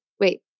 wait